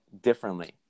differently